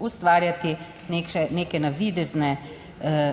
ustvarjati neke navidezne